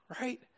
right